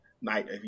night